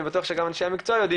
ואני בטוח שגם אנשי המקצוע יודעים,